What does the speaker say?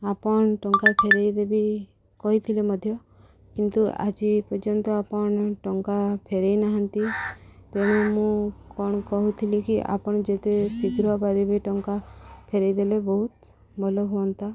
ଆପଣ ଟଙ୍କା ଫେରାଇ ଦେବି କହିଥିଲେ ମଧ୍ୟ କିନ୍ତୁ ଆଜି ପର୍ଯ୍ୟନ୍ତ ଆପଣ ଟଙ୍କା ଫେରାଇ ନାହାନ୍ତି ତେଣୁ ମୁଁ କ'ଣ କହୁଥିଲି କି ଆପଣ ଯେତେ ଶୀଘ୍ର ପାରିବେ ଟଙ୍କା ଫେରାଇ ଦେଲେ ବହୁତ ଭଲ ହୁଅନ୍ତା